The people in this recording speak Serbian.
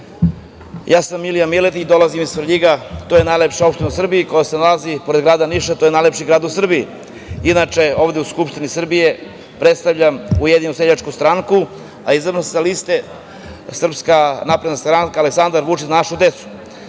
ja sam Milija Miletić i dolazim iz Svrljiga, to je najlepša opština u Srbiji koja se nalazi pored grada Niša, to je najlepši grad u Srbiji. Inače, ovde u Skupštini Srbije predstavljam Ujedinjenu seljačku stranku, a izabran sa liste SNS – Aleksandar Vuči – Za našu